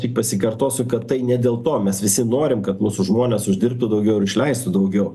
tik pasikartosiu kad tai ne dėl to mes visi norim kad mūsų žmonės uždirbtų daugiau ir išleistų daugiau